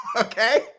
Okay